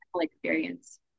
experience